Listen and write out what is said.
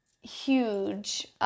huge